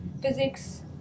physics